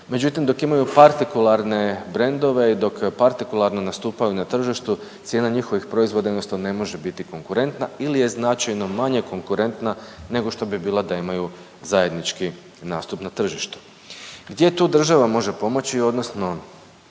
Međutim, dok imaju partikularne brendove i dok partikularno nastupaju na tržištu cijena njihovih proizvoda jednostavno ne može biti konkurentna ili je značajno manje konkurentna nego što bi bila da imaju zajednički nastup na tržištu. Gdje tu država može pomoći odnosno